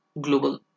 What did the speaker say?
Global